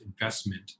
investment